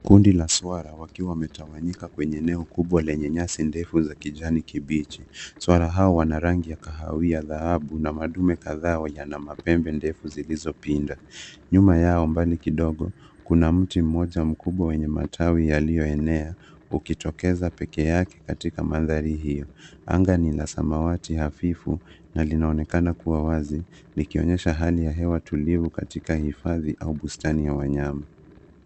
Kundi la swara wakiwa wameenea kwenye eneo kubwa lenye nyasi ndefu za kijani kibichi. Swara hao wana rangi ya kahawia ya dhahabu, huku madume wakiwa na mapembe marefu yaliyo pinda. Nyuma yao kuna miti michache, ikiwemo mti mkubwa wenye matawi yenye uenezi. Angani kuna anga la samawati hafifu, linaloonyesha hali ya hewa tulivu katika hifadhi au bustani ya wanyama.